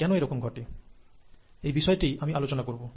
কেন এইরকম ঘটে এই বিষয়টি আমি আলোচনা করব